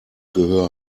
gehör